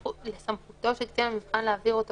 בסמכותו של קצין המבחן להעביר אותו